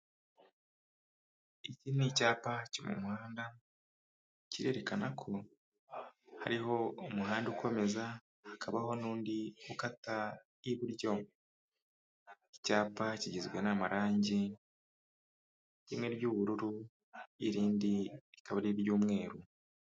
Iki ni icyapa cyo mu muhanda kirerekana ko hariho umuhanda ukomeza hakabaho n'undi ukata iburyo. Iki cyapa kigizwe n'amarangi rimwe ry'ubururu irindi rikaba ari iry'umweru.